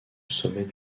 sommet